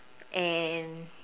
and